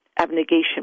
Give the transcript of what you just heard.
abnegation